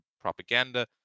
propaganda